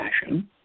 fashion